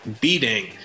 beating